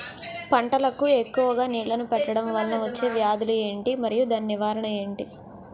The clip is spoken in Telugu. పంటలకు ఎక్కువుగా నీళ్లను పెట్టడం వలన వచ్చే వ్యాధులు ఏంటి? మరియు దాని నివారణ ఏంటి?